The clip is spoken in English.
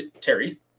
Terry